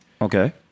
Okay